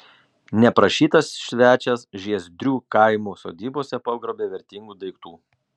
neprašytas svečias žiezdrių kaimų sodybose pagrobė vertingų daiktų